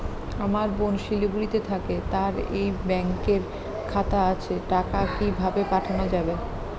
আমার বোন শিলিগুড়িতে থাকে তার এই ব্যঙকের খাতা আছে টাকা কি ভাবে পাঠানো যাবে?